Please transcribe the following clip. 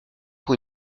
pour